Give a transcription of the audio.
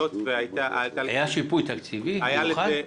היה שיפוי תקציבי מיוחד?